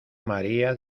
maría